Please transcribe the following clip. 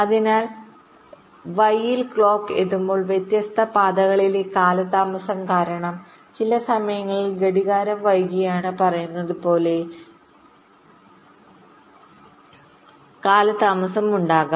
അതിനാൽ വൈയിൽ ക്ലോക്ക് എത്തുമ്പോൾ വ്യത്യസ്ത പാതകളിലെ കാലതാമസം കാരണം ചില സമയങ്ങളിൽ ഘടികാരം വൈകിയെന്ന് പറയുന്നത് പോലെ കാലതാമസം ഉണ്ടാകാം